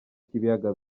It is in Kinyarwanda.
k’ibiyaga